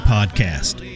Podcast